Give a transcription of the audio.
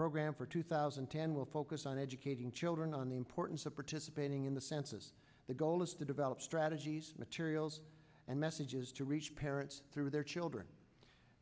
program for two thousand and ten will focus on educating children on the importance of participating in the census the goal is to develop strategies materials and messages to reach parents through their children